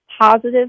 positive